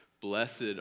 blessed